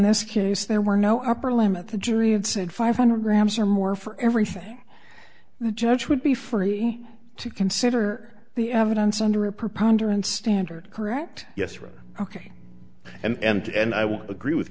this case there were no upper limit the jury had said five hundred grams or more for everything the judge would be free to consider the evidence under a preponderance standard correct yes right ok and i will agree with